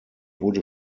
wurde